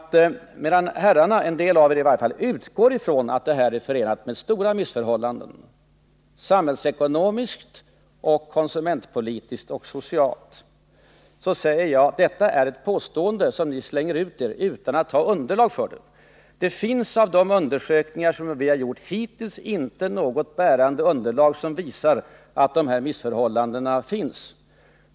Medan herrarna — en del av er i varje fall — utgår ifrån att användningen av kontokort är förenad med stora missförhållanden, samhällsekonomiskt och konsumentpolitiskt och socialt, så säger jag att detta är ett påstående som ni slänger ut utan att ha underlag för det. Det finns i de undersökningar som vi hittills har gjort inte något bärande underlag som visar att det finns sådana missförhållanden.